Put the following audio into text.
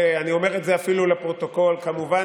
ואני אומר את זה אפילו לפרוטוקול: כמובן,